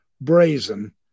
brazen